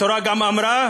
התורה גם אמרה: